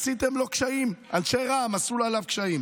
עשיתם לו קשיים, אנשי רע"מ עשו לו קשיים.